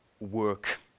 work